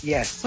Yes